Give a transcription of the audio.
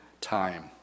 time